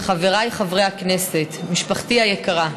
חבריי חברי הכנסת, משפחתי היקרה,